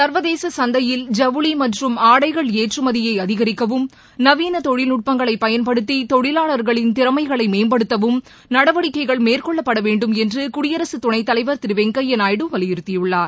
சர்வதேச சந்தையில் ஜவுளி மற்றும் ஆடைகள் ஏற்றுமதியை அதிகரிக்கவும் நவீன தொழில்நுட்பங்களை பயன்படுத்தி தொழிலாளர்களின் திறமைகளை மேம்படுத்தவும் நடவடிக்கைகள் மேற்கொள்ளப்படவேண்டும் என்று குடியரசுத்துணைத்தலைவர் திரு வெங்கப்யாநாயுடு வலியுறுத்தியுள்ளார்